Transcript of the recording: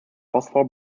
phosphor